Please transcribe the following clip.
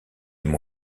mon